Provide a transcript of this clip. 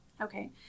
Okay